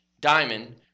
Diamond